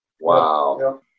Wow